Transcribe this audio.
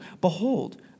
behold